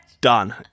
done